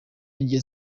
iryo